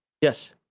Yes